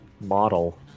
model